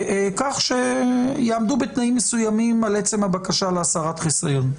כך שיעמדו בתנאים מסוימים על עצם הבקשה להסרת חיסיון.